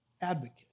advocate